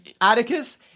Atticus